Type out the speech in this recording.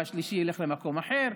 והשלישי ילך למקום אחר.